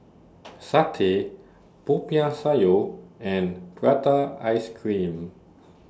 Satay Popiah Sayur and Prata Ice Cream